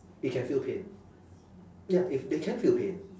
it can feel pain ya if they can feel pain